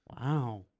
Wow